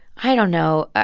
i don't know.